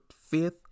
fifth